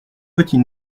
petit